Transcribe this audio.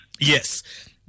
Yes